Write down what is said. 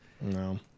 no